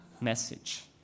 message